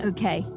Okay